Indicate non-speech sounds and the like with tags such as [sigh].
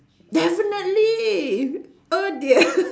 definitely oh dear [laughs]